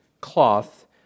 cloth